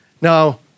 Now